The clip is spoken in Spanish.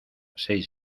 seis